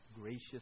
gracious